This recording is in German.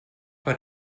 hat